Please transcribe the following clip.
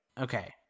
okay